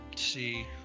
See